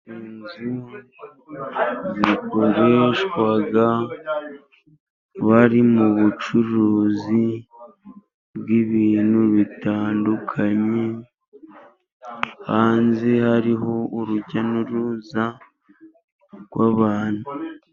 Inzu zikoreshwa bari mu bucuruzi bw'ibintu bitandukanye, hanze hariho urujya n'uruza rw'abantu.